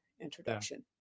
introduction